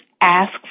ask